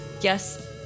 yes